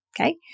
okay